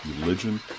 religion